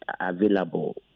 available